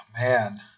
man